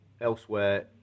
elsewhere